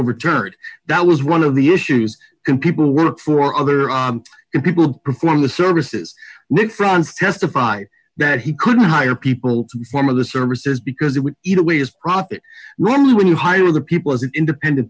overturned that was one of the issues can people work for other people perform the services like france testify that he couldn't hire people to some of the services because it would eat away as profit normally when you hire the people as an independent